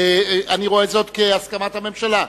אני רואה זאת כהסכמת הממשלה.